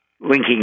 linking